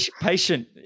Patient